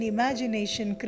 Imagination